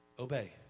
Obey